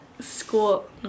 School